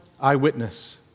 eyewitness